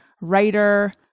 writer